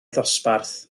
ddosbarth